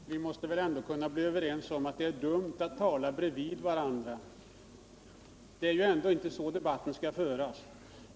Herr talman! Vi måste väl ändå kunna komma överens om att det är dumt att tala förbi varandra — det är ju inte så debatten skall föras.